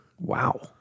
Wow